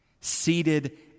seated